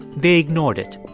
they ignored it.